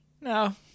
No